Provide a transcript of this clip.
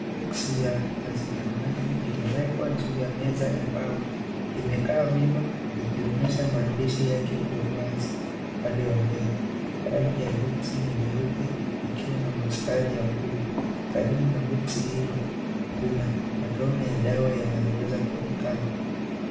(cs)Box (cs)ya azithromycin imewekwa juu ya meza ya mbao imekaawima ikionyesha maandishi yake kwa uwazi upande wa mbele rangi ya(cs) box(cs) ni nyeupe ikiwa na misitari ya bluu karibu na (cs)box (cs)hilo kuna matone ya dawa yanayoweza kuonekana.